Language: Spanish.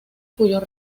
cuyos